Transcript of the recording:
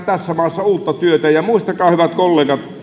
tässä maassa uutta työtä ja muistakaa hyvät kollegat